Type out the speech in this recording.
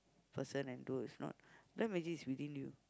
person and do is not black magic is within you